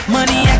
Money